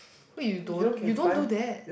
wait you don't you don't do that